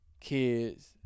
kids